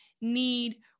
need